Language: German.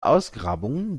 ausgrabungen